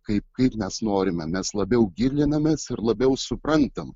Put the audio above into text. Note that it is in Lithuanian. kaip kaip nes norime mes labiau gilinamės ir labiau suprantam